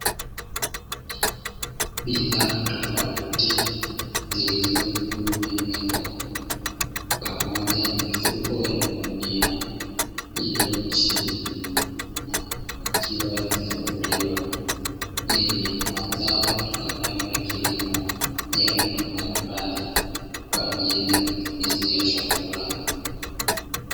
Bidhaa tofauti zilizo juu ya meza, pamoja na mifuko ya magunia iliyo chini, na ikiwa imefunguliwa yenye mazao yatokanayo na kilimo ya aina mbalimbali, kwa ajili ya matumizi ya chakula.